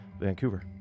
Vancouver